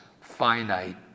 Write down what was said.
finite